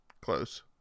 close